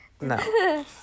No